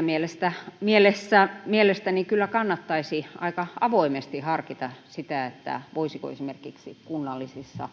mielessä mielestäni kyllä kannattaisi aika avoimesti harkita sitä, voisiko esimerkiksi kunnallisissa